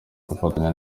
gufatanya